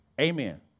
Amen